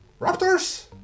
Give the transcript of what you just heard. Raptors